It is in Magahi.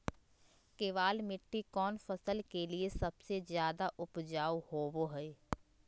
केबाल मिट्टी कौन फसल के लिए सबसे ज्यादा उपजाऊ होबो हय?